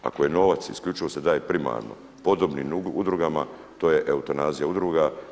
Ako je novac, isključivo se daje primarno podobnim udrugama to je eutanazija udruga.